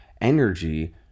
energy